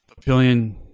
Papillion